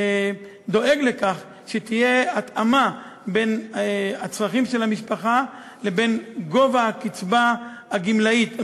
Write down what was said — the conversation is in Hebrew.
דואג לכך שתהיה התאמה בין הצרכים של המשפחה לבין גובה הקצבה הגמלאית,